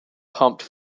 pumped